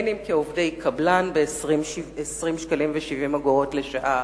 אם כעובדי קבלן ב-20.70 שקלים לשעה,